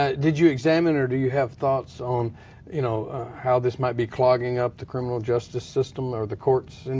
ah did you examine or do you have thoughts on you know how this might be clogging up the criminal justice system or the courts and